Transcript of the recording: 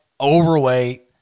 overweight